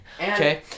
okay